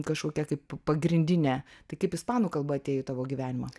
kažkokia kaip pagrindinė tai kaip ispanų kalba atėjo į tavo gyvenimą